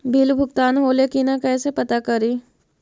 Bill भुगतान होले की न कैसे पता करी?